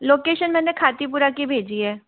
location मैंने खातीपुरा की भेजी है